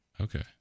Okay